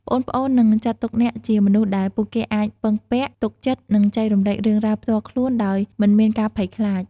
ប្អូនៗនឹងចាត់ទុកអ្នកជាមនុស្សដែលពួកគេអាច ពឹងពាក់ ទុកចិត្ត និងចែករំលែករឿងរ៉ាវ ផ្ទាល់ខ្លួនដោយមិនមានការភ័យខ្លាច ។